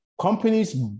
companies